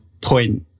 point